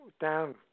down